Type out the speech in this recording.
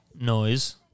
noise